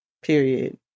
period